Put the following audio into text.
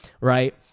right